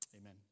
Amen